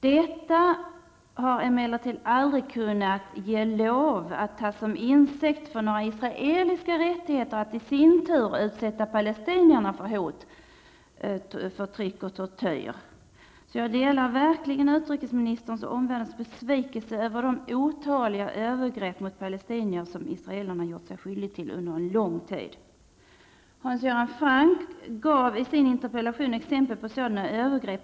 Detta får emellertid aldrig tas som intäkt för Israels rätt att i sin tur utsätta palestinierna för hot, förtryck och tortyr. Jag delar verkligen utrikesministerns och omvärldens uppfattning när det gäller besvikelsen över de otaliga övergrepp mot palestinierna som israelerna har gjort sig skyldiga till under en lång tid. Hans Göran Franck gav i sin interpellation exempel på sådana övergrepp.